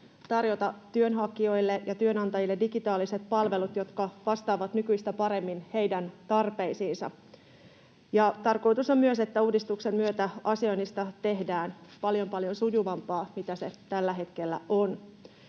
tarjota työnhakijoille ja työnantajille digitaaliset palvelut, jotka vastaavat nykyistä paremmin heidän tarpeisiinsa. Tarkoitus on myös, että uudistuksen myötä asioinnista tehdään paljon paljon sujuvampaa kuin mitä se tällä hetkellä on.